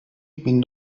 bin